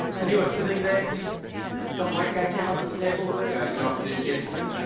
and he was sitting there some white guy came up to the table, good afternoon gentlemen,